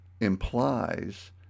implies